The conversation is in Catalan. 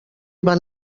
van